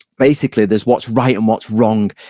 basically, there's what's right and what's wrong.